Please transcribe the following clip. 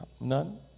None